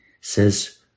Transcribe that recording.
says